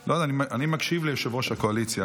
אני מקשיב ליושב-ראש הקואליציה,